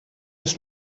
ist